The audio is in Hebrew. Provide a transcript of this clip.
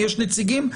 יש נציגים,